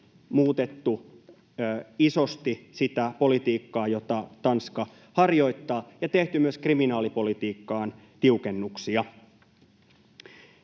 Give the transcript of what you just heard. muutettu isosti sitä politiikkaa, jota Tanska harjoittaa, ja tehty myös kriminaalipolitiikkaan tiukennuksia.